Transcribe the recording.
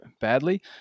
badly